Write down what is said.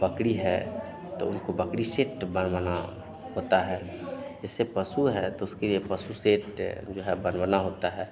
बकरी है तो उसको बकरी सेट बनवाना होता है जैसे पशु है तो उसके लिए पशु सेट जो है बनवाना होता है